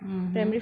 mmhmm